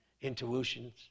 intuitions